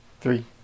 Three